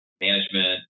management